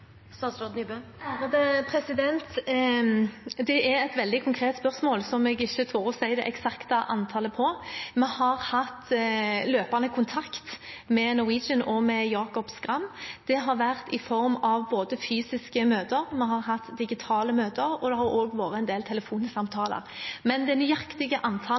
Det er et veldig konkret spørsmål som jeg ikke tør å si det eksakte tallet på. Vi har hatt løpende kontakt med Norwegian og med Jacob Schram. Det har vært i form av fysiske møter, vi har hatt digitale møter, og det har også vært en del telefonsamtaler. Det nøyaktige antallet